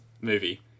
movie